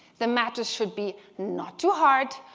the mattress should be not too hard,